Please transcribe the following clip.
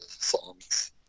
songs